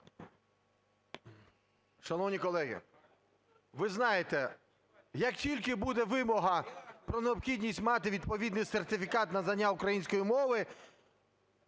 Шановні колеги, ви знаєте, як тільки буде вимога про необхідність мати відповідний сертифікат на знання української мови,